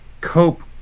cope